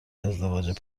ازدواج